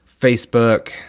Facebook